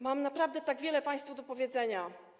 Mam naprawdę tak wiele państwu do powiedzenia.